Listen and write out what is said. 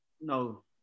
No